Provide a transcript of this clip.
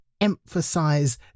emphasize